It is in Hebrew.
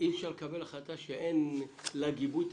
שאי אפשר לקבל החלטה שאין לה גיבוי תקציבי,